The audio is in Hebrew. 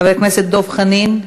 חבר הכנסת דב חנין,